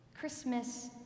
Christmas